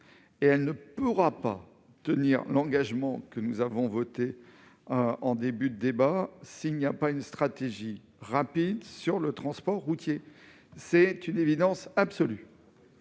pays ne pourra pas tenir l'engagement que nous avons voté au début de l'examen de ce texte sans une stratégie rapide sur le transport routier. C'est une évidence absolue.